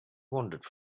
wandered